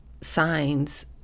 signs